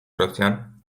rosjan